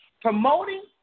Promoting